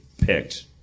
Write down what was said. picked